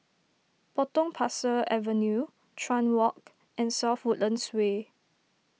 Potong Pasir Avenue Chuan Walk and South Woodlands Way